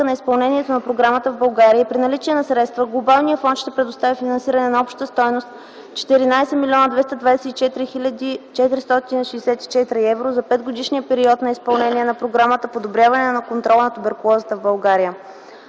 на изпълнението на програмата в България и при наличие на средства Глобалният фонд ще предостави финансиране на обща стойност 14 млн. 224 хил. 464 евро за петгодишния период на изпълнение на Програмата „Подобряване на контрола на туберкулозата в България”.